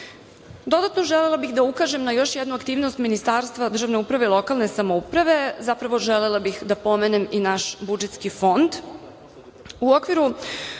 želela bih da ukažem na još jednu aktivnost Ministarstva državne uprave i lokalne samouprave. Zapravo, želela bih da pomenem i naš budžetski fond.